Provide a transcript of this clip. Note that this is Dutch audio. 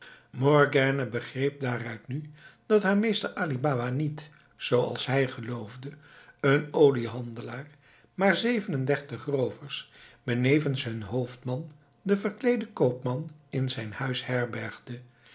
morgiane begreep daaruit nu dat haar meester ali baba niet zooals hij geloofde een oliehandelaar maar zeven en dertig roovers benevens hun hoofdman den verkleeden koopman in zijn huis herbergde